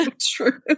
true